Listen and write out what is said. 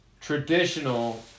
traditional